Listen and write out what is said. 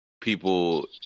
people